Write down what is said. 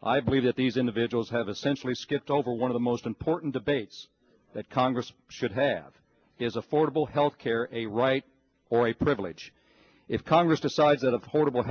i believe that these individuals have essentially skipped over one of the most important debates that congress should have is affordable health care a right or a privilege if congress decides that a portable